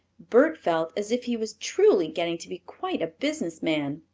bert felt as if he was truly getting to be quite a business man.